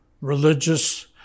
religious